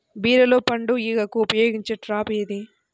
బీరలో పండు ఈగకు ఉపయోగించే ట్రాప్ ఏది?